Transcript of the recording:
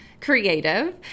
creative